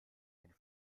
ein